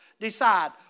decide